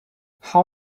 how